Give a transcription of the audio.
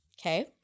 Okay